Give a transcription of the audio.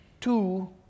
two